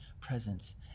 presence